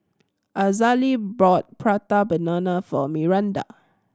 Azalee bought Prata Banana for Miranda